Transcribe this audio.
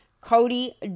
Cody